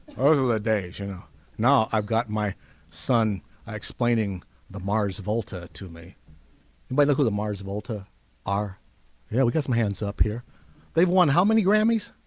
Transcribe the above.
ah days you know now i've got my son explaining the mars volta to me and by look who the mars volta are yeah we got some hands up here they've won how many grammys